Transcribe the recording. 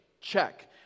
check